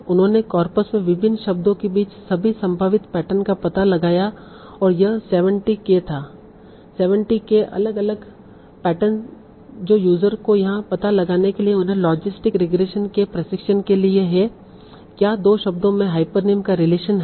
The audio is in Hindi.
उन्होंने कॉर्पस में विभिन्न शब्दों के बीच सभी संभावित पैटर्न का पता लगाया और यह 70 k था 70 k अलग अलग पैटर्न जो यूजर को यह पता लगाने के लिए उनके लॉजिस्टिक रिग्रेशन के प्रशिक्षण के लिए है कि क्या 2 शब्दों में हाइपरनीम का रिलेशन है